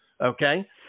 Okay